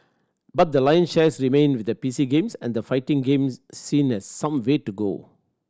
but the lion's shares remained with the P C games and the fighting games scene that some way to go